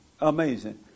amazing